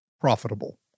profitable